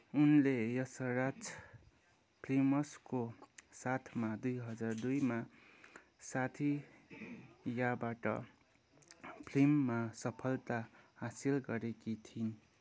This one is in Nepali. उनले यशराज फिल्म्सको साथमा दुई हजार दुईमा साथिया बाट फिल्ममा सफलता हासिल गरेकी थिइन्